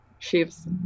shifts